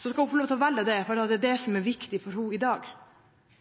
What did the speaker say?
skal hun få lov til å velge det fordi det er det som er viktig for henne i dag.